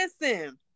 listen